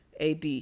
AD